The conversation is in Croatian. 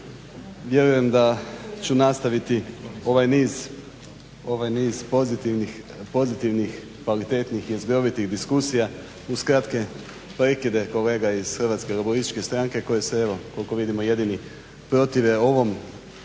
Vjerujem da ću nastaviti ovaj niz pozitivnih, kvalitetnih, jezgrovitih diskusija uz kratke prekide kolega iz Hrvatske laburističke stranke koji se koliko vidimo jedini protive ovom prijedlogu